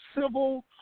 civil